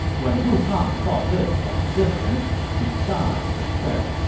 when lu kang saw this from a distance, he sighed and said,